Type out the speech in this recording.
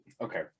Okay